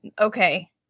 Okay